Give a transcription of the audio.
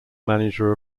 manager